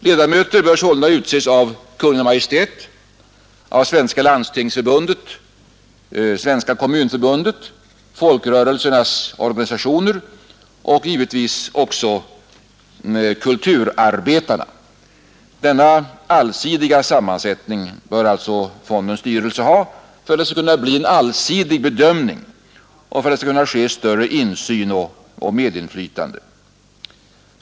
Ledamöter bör sålunda utses av Kungl. Maj:t, av Svenska landstingsförbundet, av Svenska kommunförbundet, av folkrörelsernas organisationer och givetvis också av kulturarbetarna. Fondens styrelse bör ha sådan sammansättning för att det skall kunna bli en allsidig bedömning och för att det skall bli möjligt med större insyn och medinflytande.